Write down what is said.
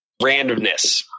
randomness